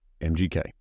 MGK